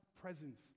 presence